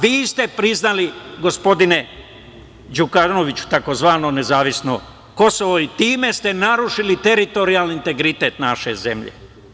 Vi ste priznali, gospodine Đukanoviću, tzv. nezavisno Kosovo i time ste narušili teritorijalni integritet naše zemlje.